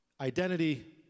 Identity